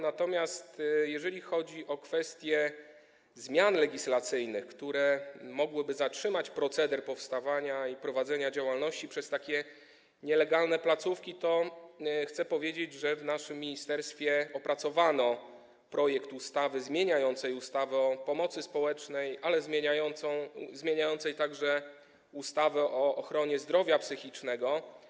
Natomiast jeżeli chodzi o kwestię zmian legislacyjnych, które mogłyby zatrzymać proceder powstawania i prowadzenia działalności przez takie nielegalne placówki, to chcę powiedzieć, że w naszym ministerstwie opracowano projekt ustawy zmieniającej ustawę o pomocy społecznej oraz ustawę o ochronie zdrowia psychicznego.